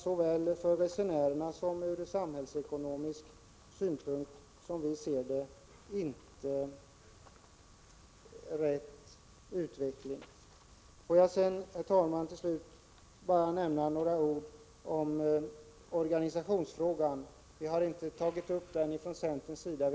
Både ur resenärernas synpunkt och ur samhällsekonomisk synpunkt är detta, som vi i centern ser det, inte en riktig utveckling. Får jag till slut, herr talman, bara säga några ord om organisationsfrågan. Från centerns sida har vi inte tagit upp den.